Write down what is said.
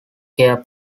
care